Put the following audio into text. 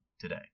today